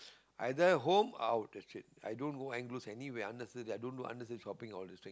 either home out that's it i don't go unnece~ anywhere i didn't do any unnecessary shopping all this thing